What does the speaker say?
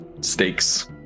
stakes